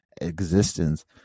existence